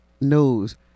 knows